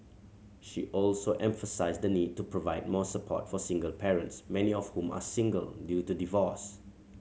she also emphasised the need to provide more support for single parents many of whom are single due to divorce